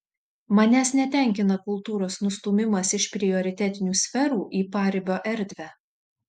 manęs netenkina kultūros nustūmimas iš prioritetinių sferų į paribio erdvę